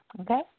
Okay